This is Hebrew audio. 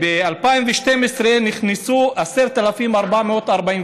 ב-2012 נכנסו 10,445,